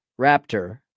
Raptor